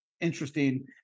interesting